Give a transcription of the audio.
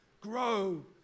Grow